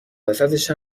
وسطش